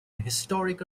historic